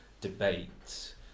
debate